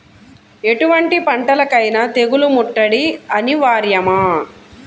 ఎటువంటి పంటలకైన తెగులు ముట్టడి అనివార్యమా?